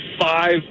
five